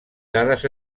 dades